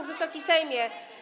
Wysoki Sejmie!